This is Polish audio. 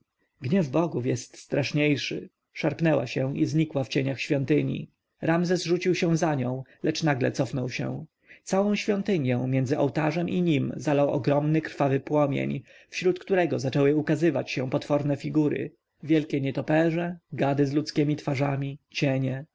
gniew bogów jest straszniejszy szarpnęła się i znikła w cieniach świątyni ramzes rzucił się za nią lecz nagle cofnął się całą świątynię między ołtarzem i nim zalał ogromny krwawy płomień wśród którego zaczęły ukazywać się potworne figury wielkie nietoperze gady z ludzkiemi twarzami cienie